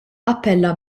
appella